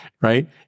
right